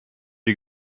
die